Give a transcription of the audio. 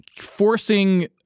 forcing